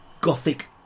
Gothic